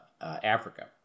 Africa